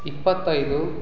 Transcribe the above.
ಇಪ್ಪತ್ತೈದು